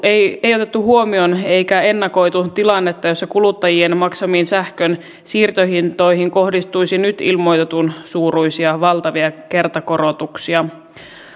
ei ei otettu huomioon eikä ennakoitu tilannetta jossa kuluttajien maksamiin sähkön siirtohintoihin kohdistuisi nyt ilmoitetun suuruisia valtavia kertakorotuksia